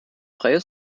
freie